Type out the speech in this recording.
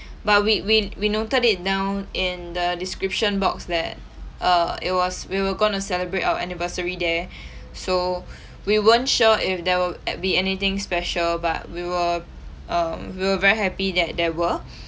but we we we noted it down in the description box that err it was we were going to celebrate our anniversary there so we weren't sure if there were be anything special but we were um we were very happy that there were